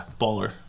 baller